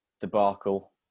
debacle